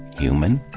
human?